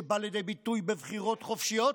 שבא לידי ביטוי בבחירות חופשיות,